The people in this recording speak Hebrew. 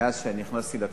אמרת: